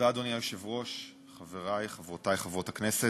אדוני היושב-ראש, תודה, חברי, חברותי חברות הכנסת,